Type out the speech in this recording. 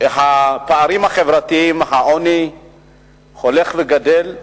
הפערים החברתיים, העוני הולך וגדל.